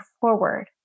forward